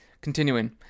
Continuing